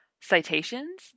citations